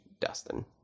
Dustin